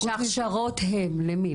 כשההכשרות הן למי?